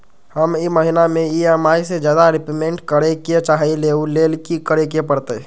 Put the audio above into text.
हम ई महिना में ई.एम.आई से ज्यादा रीपेमेंट करे के चाहईले ओ लेल की करे के परतई?